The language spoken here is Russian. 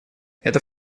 это